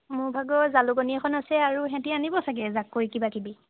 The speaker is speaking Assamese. মোৰ ভাগৰ জালুকনী এখন আছে আৰু সিহঁতে আনিব চাগে জাকৈ কিবা কিবি